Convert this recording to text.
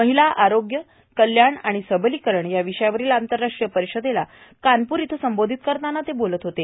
महिला आरोग्य कल्याण आणि सबलीकरण या विषयावरील आंतरराष्ट्रीय परिषदेला कानपूर इथं संबोधित करताना ते बोलत होते